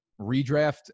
redraft